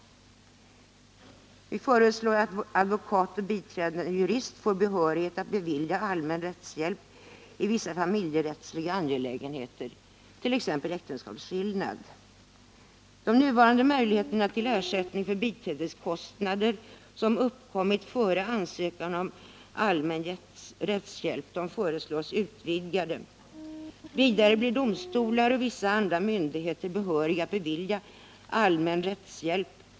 Vi föreslår att advokat och biträdande jurist får behörighet att bevilja allmän rättshjälp i familjerättsliga angelägenheter, t.ex. äktenskapsskillnad. De nuvarande möjligheterna till ersättning för biträdeskostnader som uppkommit före ansökan om allmän rättshjälp föreslås utvidgade. Vidare blir domstolar och vissa andra myndigheter behöriga att bevilja allmän rättshjälp.